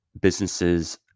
businesses